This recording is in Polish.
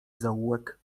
zaułek